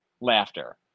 laughter